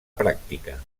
pràctica